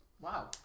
wow